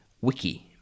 Wiki